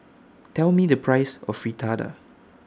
Tell Me The Price of Fritada